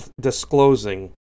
disclosing